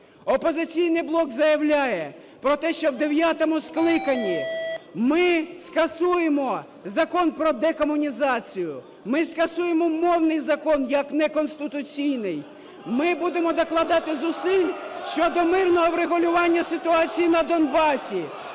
"Опозиційний блок" заявляє про те, що в дев'ятому скликанні ми скасуємо Закон про декомунізацію, ми скасуємо мовний закон як неконституційний. Ми будемо докладати зусиль щодо мирного врегулювання ситуації на Донбасі.